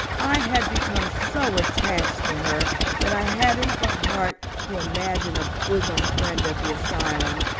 i had become so attached to her that i hadn't the heart to imagine a bosom friend at the asylum,